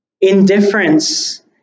indifference